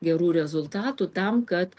gerų rezultatų tam kad